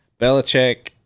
Belichick